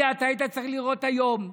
אתה היית צריך לראות היום,